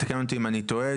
ותקן אותי אם אני טועה,